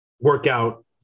workout